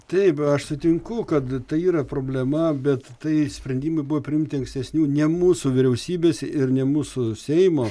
taip aš sutinku kad tai yra problema bet tai sprendimai buvo priimti ankstesnių ne mūsų vyriausybės ir ne mūsų seimo